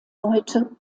heute